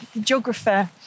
geographer